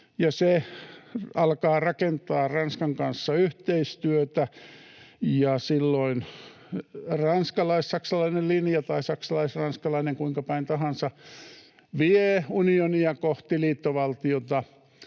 se alkaa rakentaa Ranskan kanssa yhteistyötä. Silloin ranskalais-saksalainen tai saksalais-ranskalainen linja, kuinka päin tahansa, vie unionia kohti liittovaltiota.